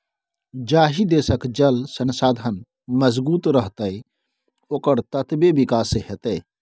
जाहि देशक जल संसाधन मजगूत रहतै ओकर ततबे विकास हेतै